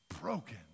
broken